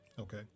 Okay